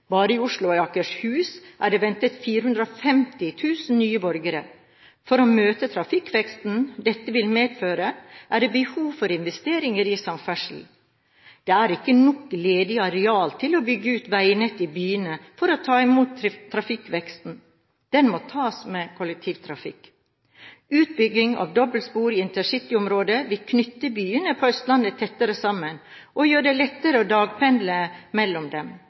Bare i Oslo og Akershus er det ventet 450 000 nye borgere. For å møte trafikkveksten dette vil medføre, er det behov for investeringer i samferdsel. Det er ikke nok ledig areal til å bygge ut veinettet i byene for å ta imot trafikkveksten. Den må tas med kollektivtrafikk. Utbygging av dobbeltspor i InterCity-området vil knytte byene på Østlandet tettere sammen og gjøre det lettere å dagpendle mellom dem.